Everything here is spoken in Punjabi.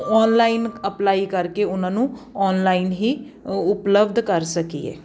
ਔਨਲਾਈਨ ਅਪਲਾਈ ਕਰਕੇ ਉਹਨਾਂ ਨੂੰ ਔਨਲਾਈਨ ਹੀ ਉਪਲਬਧ ਕਰ ਸਕੀਏ